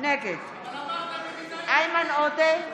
נגד איימן עודה,